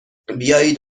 بیایید